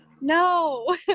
no